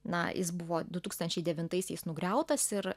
na jis buvo du tūkstančiai devintaisiais nugriautas ir